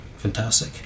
Fantastic